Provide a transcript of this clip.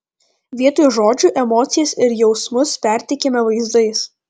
vietoj žodžių emocijas ir jausmus perteikiame vaizdais